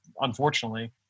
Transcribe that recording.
unfortunately